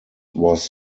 was